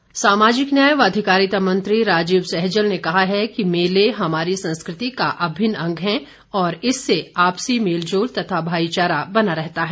सहजल सामाजिक न्याय व अधिकारिता मंत्री राजीव सहजल ने कहा है कि मेले हमारी संस्कृति का अभिन्न अंग है और इससे आपसी मेलजोल तथा भाईचारा बना रहता है